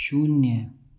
शून्य